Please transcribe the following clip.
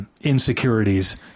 insecurities